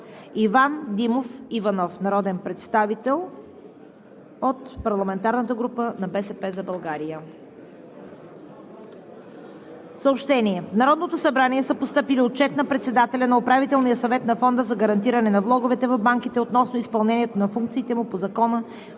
Иван Димов Иванов – народен представител от парламентарната група на „БСП за България“.“ Съобщение: В Народното събрание са постъпили Отчет на председателя на Управителния съвет на Фонда за гарантиране на влоговете в банките относно изпълнението на функциите му по Закона